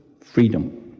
freedom